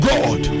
God